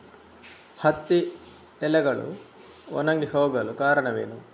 ಹತ್ತಿ ಎಲೆಗಳು ಒಣಗಿ ಹೋಗಲು ಕಾರಣವೇನು?